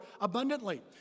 abundantly